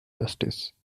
justice